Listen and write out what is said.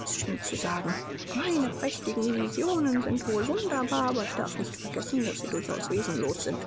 es schien zu sagen mein prächtigen visionen sind wohl wunderbar aber ich darf nicht vergessen daß sie durchaus wesenlos sind